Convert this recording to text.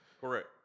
Correct